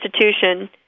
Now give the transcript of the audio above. institution